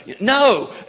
No